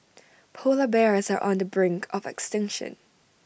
Polar Bears are on the brink of extinction